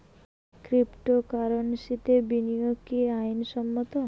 ক্রিপ্টোকারেন্সিতে বিনিয়োগ কি আইন সম্মত?